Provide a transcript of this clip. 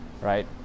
right